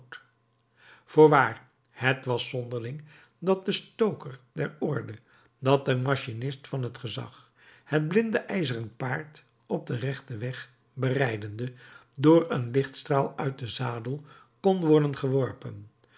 voorwaar het was zonderling dat de stoker der orde dat de machinist van het gezag het blinde ijzeren paard op den rechten weg berijdende door een lichtstraal uit den zadel kon worden geworpen